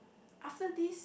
after this